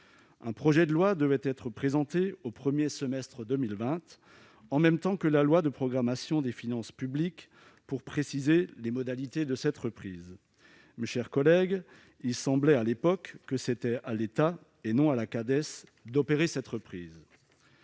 Un projet de loi devait être présenté au premier semestre 2020 en même temps que la loi de programmation des finances publiques pour préciser les modalités de cette reprise. Mes chers collègues, il semblait à l'époque que c'était à l'État et non à la Cades d'opérer cette reprise.